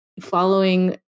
following